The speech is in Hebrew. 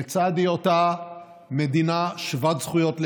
לצד היותה מדינה שוות זכויות לאזרחיה,